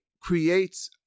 creates